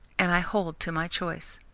and i hold to my choice.